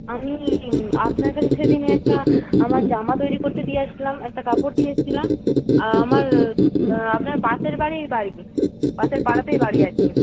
আমি আপনার কাছে সেদিনে একটা আমার জামা তৈরি করতে দিয়ে আসলাম একটা কাপড় দিয়ে এসছিলাম আমার আপনার পাশের বাড়ির বাড়ি পাশের পাড়াতেই বাড়ি আর কি